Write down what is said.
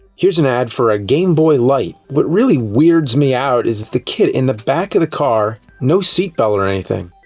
here's an ad for a game boy light. what really weirds me out is the kid in the back of the car. no seat belt, or anything.